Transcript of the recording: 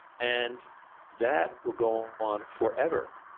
and that will go on forever.